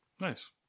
Nice